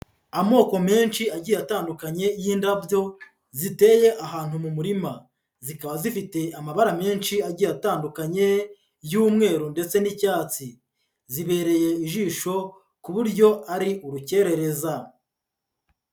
Amoko menshi agiye atandukanye y'indabyo ziteye ahantu mu murima, zikaba zifite amabara menshi agiye atandukanye y'umweru ndetse n'icyatsi, zibereye ijisho ku buryo ari urukerereza.